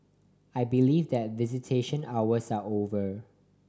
I believe that visitation hours are over